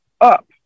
up